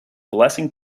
blessing